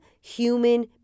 human